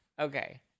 Okay